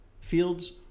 Fields